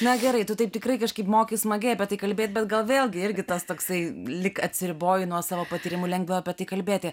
na gerai tu taip tikrai kažkaip moki smagiai apie tai kalbėti bet gal vėlgi irgi tas toksai lyg atsiriboji nuo savo patyrimų lengviau apie tai kalbėti